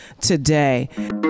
today